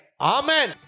Amen